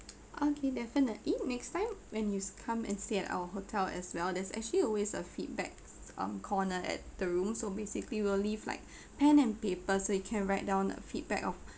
okay definitely next time when you come and stay at our hotel as well there's actually always a feedback um corner at the room so basically we will leave like pen and paper so you can write down a feedback of